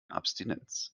abstinenz